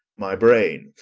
my brayne,